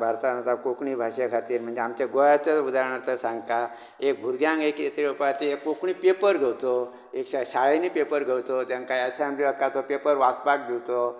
भारतांत जावं कोंकणी भाशे खातीर म्हणजे गोंयाचे उदाहरण सांगता एक भुरग्यांक एक कितें तरी उपाय एक कोंकणी पेपर घेवचो एक एक शाळेंनी पेपर घेवचो तांका ऍसेंम्बलींनी पेपर वाचपाक दिवचो